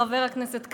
חבר הכנסת כבל.